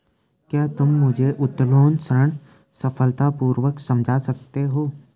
क्या तुम मुझे उत्तोलन ऋण सरलतापूर्वक समझा सकते हो?